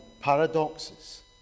paradoxes